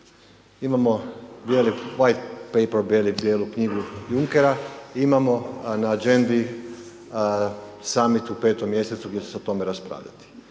Imamo white paper, bijelu knjigu Junkera i imamo na agendi Summit u petom mjesecu gdje će se o tome raspravljati.